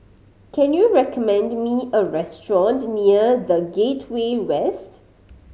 can you recommend me a restaurant near The Gateway West